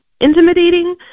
intimidating